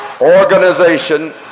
organization